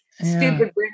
stupid